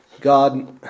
God